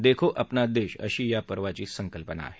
देखो अपना देश अशी या पर्वाची संकल्पना आहे